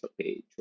page